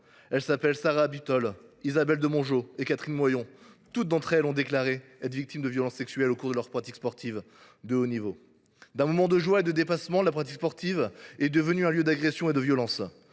Elles s’appellent Sarah Abitbol, Isabelle Demongeot et Catherine Moyon : toutes ont déclaré avoir été victimes de violences sexuelles au cours de leur pratique sportive de haut niveau. Censée être un moment de joie et de dépassement, la pratique sportive est devenue un lieu d’agressions et de violence.